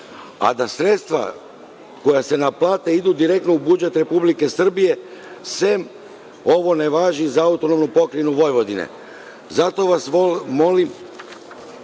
a da sredstva koja se naplate idu direktno u budžet Republike Srbije, sem ovo ne važi za AP Vojvodinu. Zato vas molim,